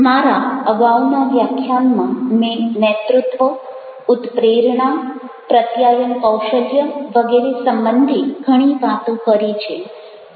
મારા અગાઉના વ્યાખ્યાનમાં મેં નેતૃત્વ ઉત્પ્રેરણા પ્રત્યાયન કૌશલ્ય વગેરે સંબંધી ઘણી વાતો કરી છે